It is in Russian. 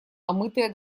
омытая